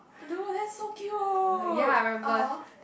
dude that's so cute ah hor